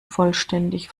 vollständig